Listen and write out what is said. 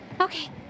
Okay